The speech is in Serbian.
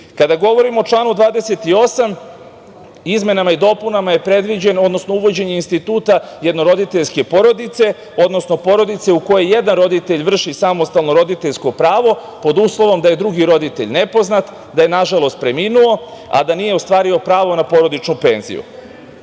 govorimo o članu 28. izmenama i dopunama je predviđeno, odnosno uvođenje instituta jednoroditeljske porodice, odnosno porodice u kojoj jedan roditelj vrši samostalno roditeljsko pravo, pod uslovom da je drugi roditelj nepoznat, da je na žalost preminuo, a da nije ostvario pravo na porodičnu penziju. Smatram